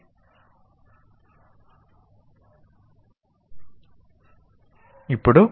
మెదడులోని రెండు నిర్మాణాలు ప్రధానంగా దీర్ఘకాలిక జ్ఞాపకార్థం మెదడు యొక్క భావోద్వేగ ప్రాంతంలో ఉన్నాయి